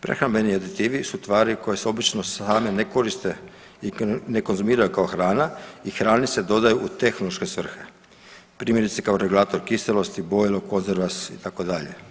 Prehrambeni aditivi su tvari koje se obično same ne koriste i ne konzumiraju kao hrana i hrani se dodaju u tehnološke svrhe, primjerice kao regulator kiselosti, bojilo, konzervans itd.